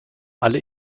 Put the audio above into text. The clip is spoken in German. alle